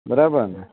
બરાબર ને